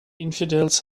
infidels